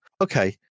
okay